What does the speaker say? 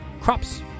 crops